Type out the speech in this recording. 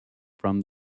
from